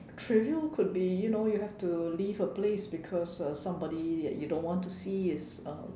trivial could be you know you have to leave a place because uh somebody that you don't want to see is uh